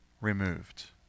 removed